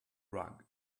rug